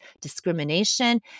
discrimination